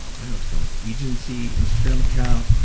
i don't know what to call it agency, instagram account,